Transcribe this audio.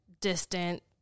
distant